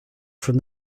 from